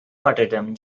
martyrdom